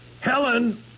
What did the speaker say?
Helen